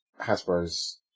Hasbro's